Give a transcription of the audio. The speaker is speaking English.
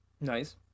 Nice